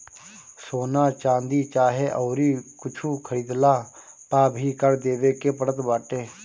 सोना, चांदी चाहे अउरी कुछु खरीदला पअ भी कर देवे के पड़त बाटे